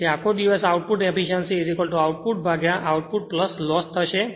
તેથી આખો દિવસ આઉટપુટ એફીશ્યંસી આઉટપુટ ભાગ્યા આઉટપુટ લોસ થશે